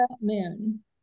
moon